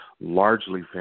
Largely